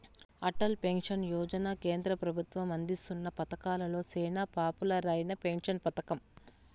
Atal pension Yojana కేంద్ర పెబుత్వం అందిస్తున్న పతకాలలో సేనా పాపులర్ అయిన పెన్సన్ పతకం